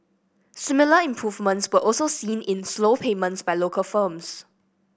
similar improvements were also seen in slow payments by local firms